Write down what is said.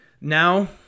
now